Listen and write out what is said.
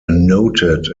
noted